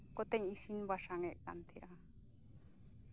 ᱠᱚᱛᱮᱧ ᱤᱥᱤᱱ ᱵᱟᱥᱟᱝᱮᱫ ᱛᱟᱦᱮᱸᱜᱼᱟ